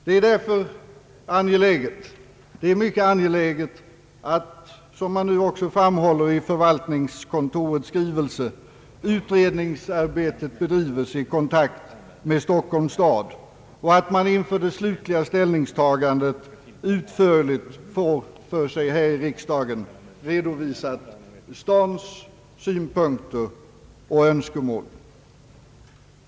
Det är därför mycket angeläget — som man nu också framhåller i förvaltningskontorets skrivelse — att utredningsarbetet bedrivs i kontakt med Stockholms stad och att man inför det slutliga ställningstagandet utförligt får för sig här i riksdagen redovisade stadens synpunkter och önskemål.